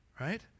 right